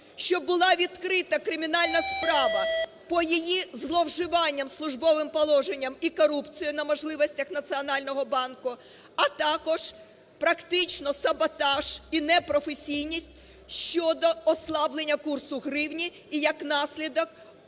щоб була відкрита кримінальна справа по її зловживанням службовим положенням і корупцією на можливостях Національного банку, а також практично саботаж і непрофесійність щодо ослаблення курсу гривні і, як наслідок,